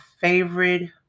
favorite